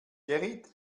gerrit